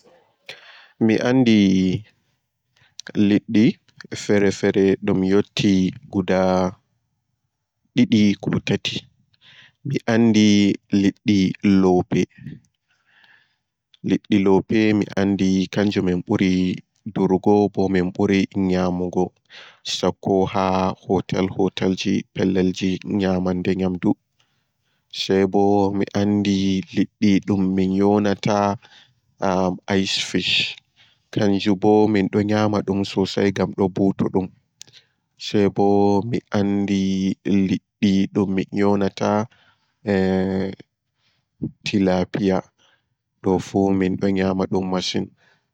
Ah! goɗɗo am haala liɗɗi na? Liɗɗi ka ai woodi kala kala liɗɗi woodi nonde kala kala jotta bana minin woniɓe ha Adamawa ɗo wodi baabe fere liɗɗi man atawan woodi irin baangewu wodi liɗɗi parpasa wieeteɗum parpasa ɗo nden nden woodi peellewu woodi jayewu toh to ayahan hedi girei bo hedi kaiweji girei ɗo liɗɗi mai atawan kanjumbo nonde maajum fere kanjum on ɓe yonata lopewu lopewu ɗo kanjum wonana nder lope on nden nde wodi bide bide ɗo kanjum alaran wodi laasi laasi ha ɓandu maajum wodi bo jinande ɓokko ɓokko kanju fu liddi toh to ayahan hedi fufore bo hebi mayo man kanjumma liɗɗi man don amma nonde mai kanju fu fere kanju on ɓe yonata tufowu wodi tufowu ha nder kanju fu woodi ganliire fu pat ɓedo heba hedi fufore.